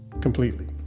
completely